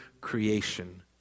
creation